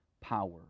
power